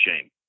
shame